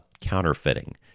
counterfeiting